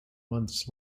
months